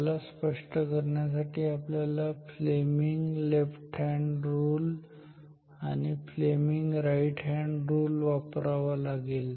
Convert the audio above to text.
त्याला स्पष्ट करण्यासाठी आपल्याला Fleming left hand rule Fleming's Left Hand Rule आणि Fleming right hand rule Fleming's Right Hand Rule वापरावा लागेल